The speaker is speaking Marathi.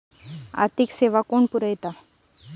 आर्थिक सेवा कोण पुरयता?